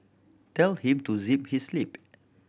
tell him to zip his lip